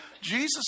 Jesus